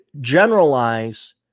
generalize